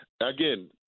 again